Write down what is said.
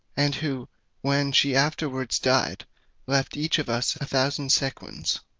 and who when she afterwards died left each of us a thousand sequins.